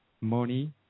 money